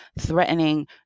threatening